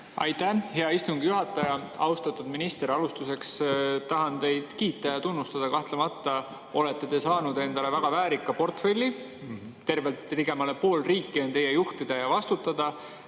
Aitäh, hea istungi juhataja! Austatud minister! Alustuseks tahan teid kiita ja tunnustada. Kahtlemata olete saanud endale väga väärika portfelli – ligemale pool riiki on teie juhtida ja vastutada.